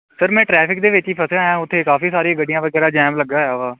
sir ਮੈਂ traffic ਦੇ ਵਿੱਚ ਹੀ ਫਸਿਆ ਹੋਇਆ ਉੱਥੇ ਕਾਫੀ ਸਾਰੀ ਗੱਡੀਆਂ ਵਗੈਰਾ ਜੈਮ ਲੱਗਿਆ ਹੋਇਆ ਵਾ